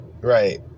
Right